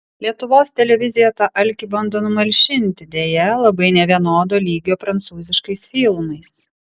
lietuvos televizija tą alkį bando numalšinti deja labai nevienodo lygio prancūziškais filmais